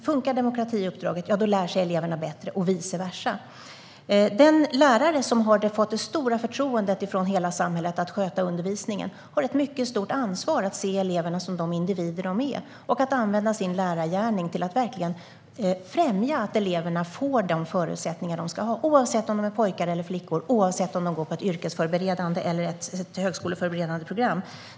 Funkar demokratiuppdraget, ja, då lär sig eleverna bättre och vice versa. Den lärare som har fått det stora förtroendet från hela samhället att sköta undervisningen har ett mycket stort ansvar att se eleverna som de individer de är och i sin lärargärning verkligen främja att eleverna får de förutsättningar de ska ha, oavsett om de är pojkar eller flickor och oavsett om de går på ett yrkesförberedande eller ett högskoleförberedande program.